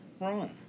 wrong